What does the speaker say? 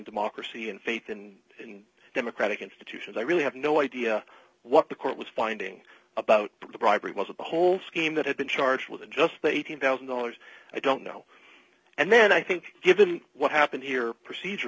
democracy and faith and in democratic institutions i really have no idea what the court was finding about the bribery laws of the whole scheme that had been charged with just eighteen thousand dollars i don't know and then i think given what happened here procedur